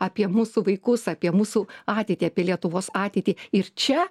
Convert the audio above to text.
apie mūsų vaikus apie mūsų ateitį apie lietuvos ateitį ir čia